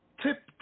tip